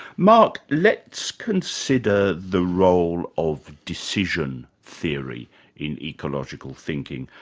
mark, let's consider the role of decision theory in ecological thinking.